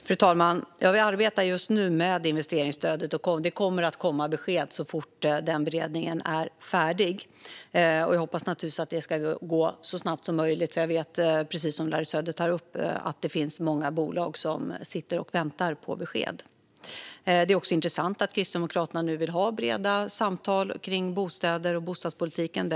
Fru talman! Vi arbetar just nu med investeringsstödet, och det kommer att komma besked så fort beredningen är färdig. Jag hoppas naturligtvis att det ska gå så snabbt som möjligt, för jag vet att det, precis som Larry Söder tar upp, finns många bolag som väntar på besked. Det är också intressant att Kristdemokraterna nu vill ha breda samtal kring bostäder och bostadspolitiken.